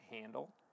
handle